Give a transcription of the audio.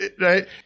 Right